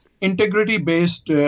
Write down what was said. integrity-based